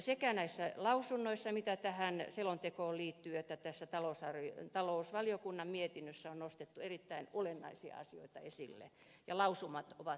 sekä näissä lausunnoissa mitä tähän selontekoon liittyy että tässä talousvaliokunnan mietinnössä on nostettu erittäin olennaisia asioita esille ja lausumat ovat